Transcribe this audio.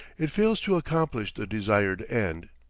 it fails to accomplish the desired end.